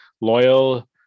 Loyal